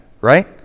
Right